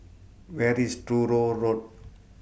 Where IS Truro Road